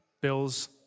bills